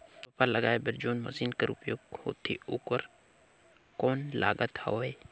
रोपा लगाय बर जोन मशीन कर उपयोग होथे ओकर कौन लागत हवय?